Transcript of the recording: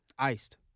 Iced